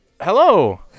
hello